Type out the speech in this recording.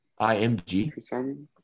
IMG